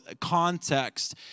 context